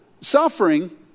suffering